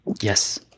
Yes